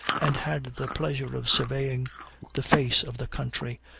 and had the pleasure of surveying the face of the country,